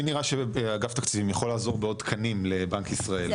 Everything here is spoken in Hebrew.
לי נראה שאגף תקציבים יכול לעזור בעוד תקנים לבנק ישראל,